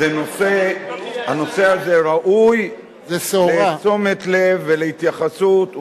הנושא הזה ראוי לתשומת לב ולהתייחסות,